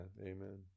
amen